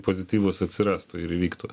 pozityvūs atsirastų ir įvyktų